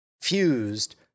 fused